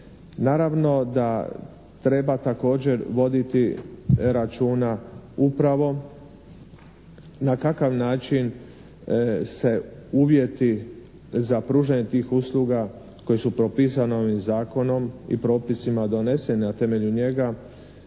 Naravno da treba također voditi računa upravo na kakav način se uvjeti za pružanje tih usluga koje su propisane ovim zakonom i propisima donesenim na temelju njega